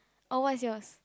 oh what's yours